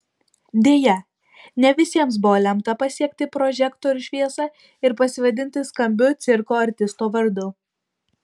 deja ne visiems buvo lemta pasiekti prožektorių šviesą ir pasivadinti skambiu cirko artisto vardu